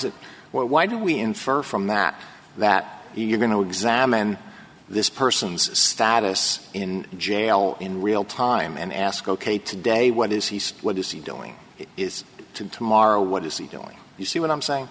or why do we infer from that that you're going to examine this person's status in jail in real time and ask ok today what is he what you see doing is tomorrow what you see doing you see what i'm saying